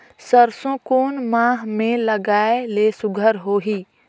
सरसो कोन माह मे लगाय ले सुघ्घर होही?